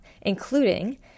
including